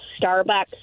Starbucks